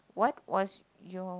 what was your